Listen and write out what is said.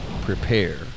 prepare